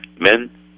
Men